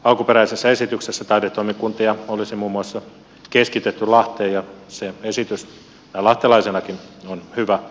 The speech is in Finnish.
alkuperäisessä esityksessä taidetoimikuntia olisi muun muassa keskitetty lahteen ja se esitys näin lahtelaisenakin on hyvä